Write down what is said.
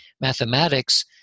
mathematics